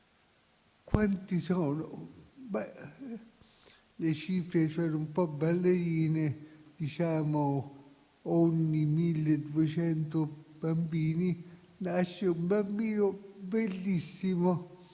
Quanti sono? Le cifre sono un po' ballerine. Diciamo che, ogni 1.200 bambini, nasce un bambino bellissimo